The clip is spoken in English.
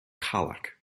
colic